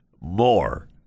more